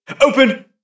Open